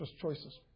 choices